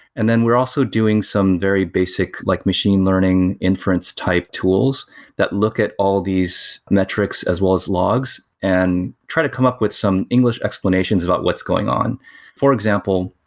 and then we're also doing some very basic like machine learning inference type tools that look at all these metrics, as well as logs and try to come up with some english explanations about what's going on for example,